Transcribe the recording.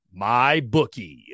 MyBookie